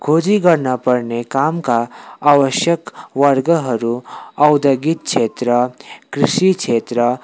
खोजी गर्न पर्ने कामका आवश्यक वर्गहरू औद्योगिक क्षेत्र कृषि क्षेत्र